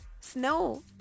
snow